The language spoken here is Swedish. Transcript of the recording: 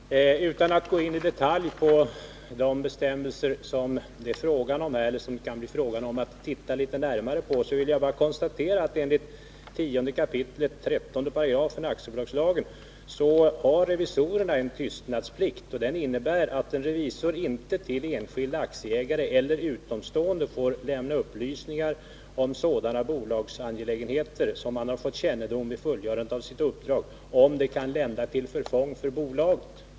Herr talman! Utan att gå in i detalj på de bestämmelser som det kan bli fråga om att titta litet närmare på, vill jag bara konstatera att revisorerna enligt 10 kap. 13 § aktiebolagslagen har en tystnadsplikt. Den innebär att en revisor inte till enskilda aktieägare eller utomstående får nämna upplysningar om sådana bolagsangelägenheter som han har fått kännedom om vid fullgörandet av sitt uppdrag, om det kan lända till förfång för bolaget.